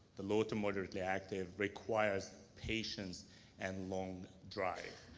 the low to moderately active requires patience and long drive.